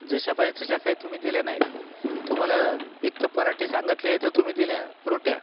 जशा पाहिजेत तशा काही तुम्ही दिल्या नाहीत तुम्हाला एक तर पराठे सांगितले तर तुम्ही दिल्या रोट्या